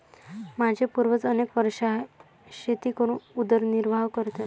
माझे पूर्वज अनेक वर्षे शेती करून उदरनिर्वाह करतात